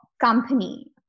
company